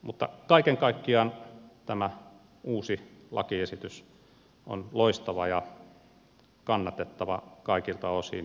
mutta kaiken kaikkiaan tämä uusi lakiesitys on loistava ja kannatettava kaikilta osin